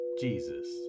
Jesus